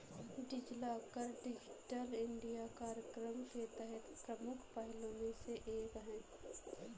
DigiLocker Digital India कार्यक्रम के तहत प्रमुख पहलों में से एक है